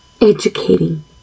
Educating